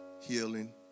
healing